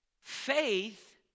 Faith